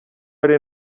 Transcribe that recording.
hari